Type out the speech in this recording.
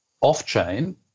off-chain